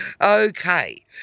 Okay